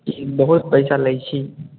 बहुत पइसा लै छी